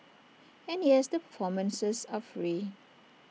and yes the performances are free